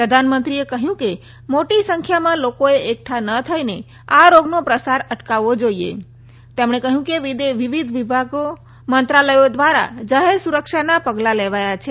પ્રધાનમંત્રીએ કહ્યું કે મોટી સંખ્યામાં લોકોએ એકઠા ન થઇને આ રોગનો પ્રસાર અટકાવવો જોઇએ તેમણે કહ્યું કે વિવિધ મંત્રાલયો દ્વારા જાહેર સુરક્ષાનાં પગલાં લેવાયા છે